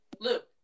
Luke